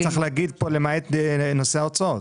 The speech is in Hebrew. אבל צריך להגיד פה למעט נושא ההוצאות.